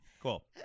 cool